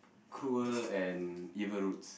cruel and evil roots